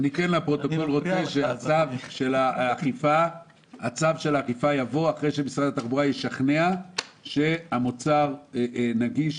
אני רוצה שצו האכיפה יבוא אחרי שמשרד התחבורה ישכנע שהמוצר נגיש.